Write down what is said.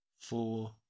Four